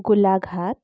Golaghat